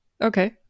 Okay